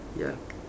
ya